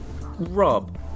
Rob